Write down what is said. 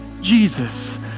Jesus